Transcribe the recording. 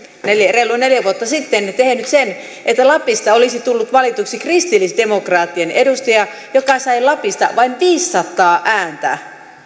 reilu neljä vuotta sitten tehnyt sen että lapista olisi tullut valituksi kristillisdemokraattien edustaja joka sai lapista vain viisisataa ääntä